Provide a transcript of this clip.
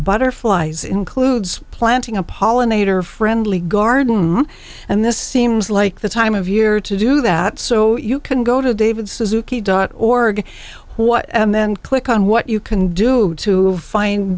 butterflies includes planting a pollinator friendly garden and this seems like the time of year to do that so you can go to david suzuki dot org what and then click on what you can do to find